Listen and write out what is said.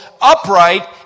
upright